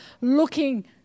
looking